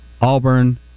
Auburn